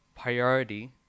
priority